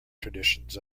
traditions